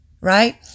right